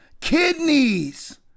Kidneys